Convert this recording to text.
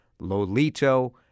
Lolito